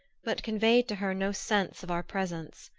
but conveyed to her no sense of our presence.